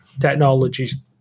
technologies